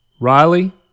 Riley